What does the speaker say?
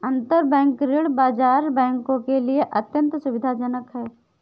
अंतरबैंक ऋण बाजार बैंकों के लिए अत्यंत सुविधाजनक है